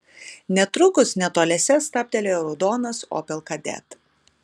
netrukus netoliese stabtelėjo raudonas opel kadett